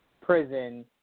prison